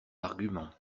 argument